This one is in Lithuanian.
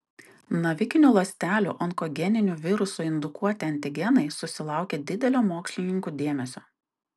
navikinių ląstelių onkogeninių virusų indukuoti antigenai susilaukė didelio mokslininkų dėmesio